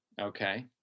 Okay